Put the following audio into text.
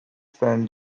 san